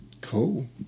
Cool